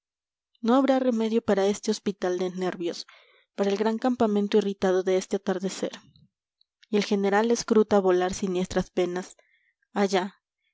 no habrá remedio para este hospital de nervios para el gran campamento irritado de este atardecer y el general escruta volar siniestras penas